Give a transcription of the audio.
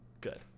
Good